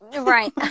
Right